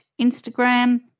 Instagram